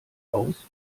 aus